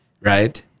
right